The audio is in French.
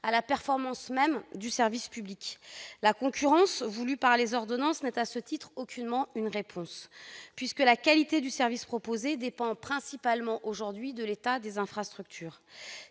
à la performance même du service public. La concurrence voulue par les ordonnances n'est, à ce titre, aucunement une réponse, puisque la qualité du service proposé dépend principalement, aujourd'hui, de l'état des infrastructures.